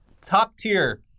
top-tier